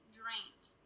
drained